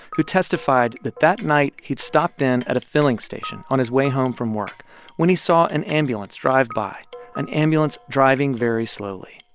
who testified that that night, he'd stopped in at a filling and on his way home from work when he saw an ambulance drive by an ambulance driving very slowly.